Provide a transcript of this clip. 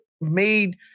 made